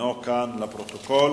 אינו נוכח, לפרוטוקול.